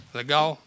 legal